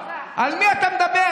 על מי אתה מדבר?